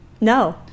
No